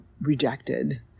rejected